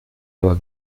aber